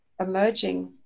emerging